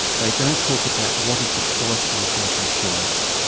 they don't talk about what is the quality of that insurance.